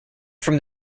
from